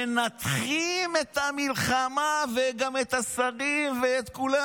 מנתחים את המלחמה וגם את השרים ואת כולם.